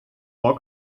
more